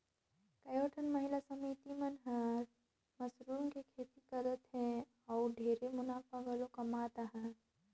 कयोठन महिला समिति मन हर मसरूम के खेती करत हें अउ ढेरे मुनाफा घलो कमात अहे